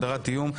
הגדרת איום),